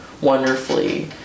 wonderfully